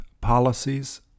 policies